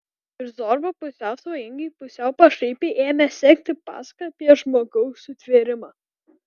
ir zorba pusiau svajingai pusiau pašaipiai ėmė sekti pasaką apie žmogaus sutvėrimą